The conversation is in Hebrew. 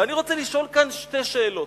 אני רוצה לשאול כאן שתי שאלות.